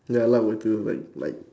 ya lah what to do but like